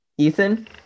Ethan